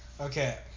okay